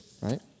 Right